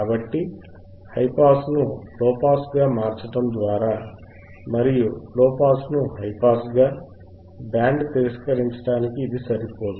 కాబట్టి హైపాస్ ను లోపాస్ గా మార్చడం ద్వారా మరియు లోపాస్ ను హైపాస్ గా బ్యాండ్ తిరస్కరించడానికి ఇది సరిపోదు